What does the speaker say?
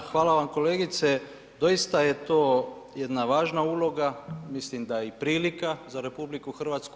Da, hvala vam kolegice, doista je to jedna važna uloga, mislim da i prilika za RH.